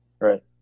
Right